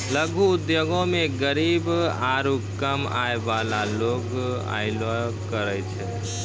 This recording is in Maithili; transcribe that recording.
लघु उद्योगो मे गरीब आरु कम आय बाला लोग अयलो करे छै